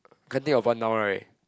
can't think of one now right